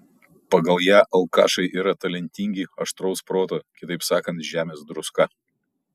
pagal ją alkašai yra talentingi aštraus proto kitaip sakant žemės druska